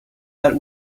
that